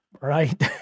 right